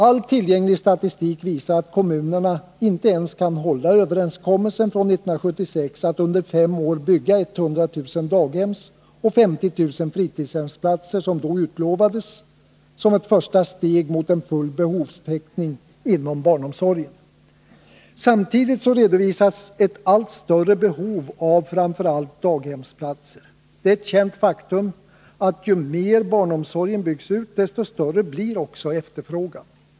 All tillgänglig statistik visar att kommunerna inte ens kan hålla överenskommelsen från 1976 att under fem år bygga de 100 000 daghemsoch de 50 000 fritidshemsplatser som då utlovades som ett första steg mot full behovstäckning inom barnomsorgen. Samtidigt redovisas ett allt större behov av framför allt daghemsplatser. Det är ett känt faktum att ju mer barnomsorgen byggs ut, desto större blir också efterfrågan.